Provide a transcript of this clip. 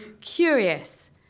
curious